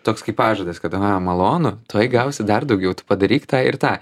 toks kaip pažadas kad aha malonu tuoj gausi dar daugiau padaryk tą ir tą